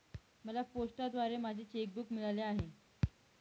मला पोस्टाद्वारे माझे चेक बूक मिळाले आहे